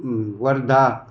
Wardha